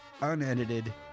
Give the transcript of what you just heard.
Unedited